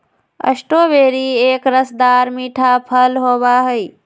strawberry एक रसदार मीठा फल होबा हई